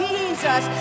Jesus